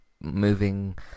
moving